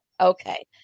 Okay